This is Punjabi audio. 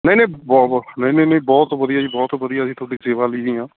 ਨਹੀਂ ਨਹੀਂ ਬਹੁਤ ਬਹੁਤ ਨਹੀਂ ਨਹੀਂ ਨਹੀਂ ਬਹੁਤ ਵਧੀਆ ਜੀ ਬਹੁਤ ਵਧੀਆ ਜੀ ਤੁਹਾਡੀ ਸੇਵਾ ਲਈ ਹੀ ਆ